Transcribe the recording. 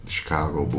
Chicago